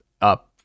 up